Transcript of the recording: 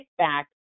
kickback